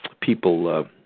People